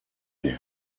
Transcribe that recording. you